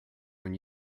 when